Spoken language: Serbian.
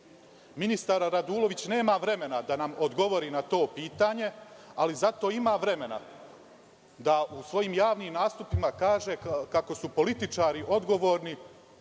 Radulović nema vremena da nam odgovori na to pitanje, ali zato ima vremena da u svojim javnim nastupima kaže kako su političari odgovorni